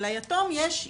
ליתום יש ישות.